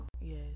yes